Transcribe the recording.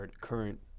current